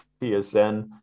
TSN